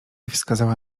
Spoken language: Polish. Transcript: wskazała